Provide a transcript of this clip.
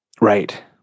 Right